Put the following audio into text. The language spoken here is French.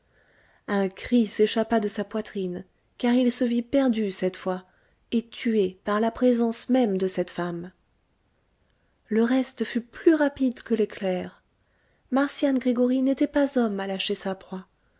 un cri s'échappa de sa poitrine car il se vit perdu cette fois et tué par la présence même de cette femme le reste fut plus rapide que l'éclair marcian gregoryi n'était pas homme à lâcher sa proie